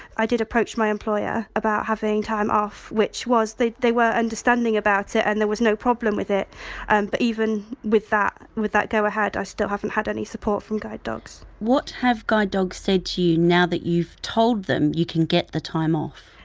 i did approach my employer about having time off, which was they they were understanding about it and there was no problem with it and but even with that with that go ahead i still haven't had any support from guide dogs. kumutatwhat have guide dogs said to you, now that you've told them you can get the time off?